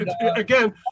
Again